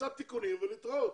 קצת תיקונים ולהתראות,